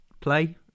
play